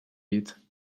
llit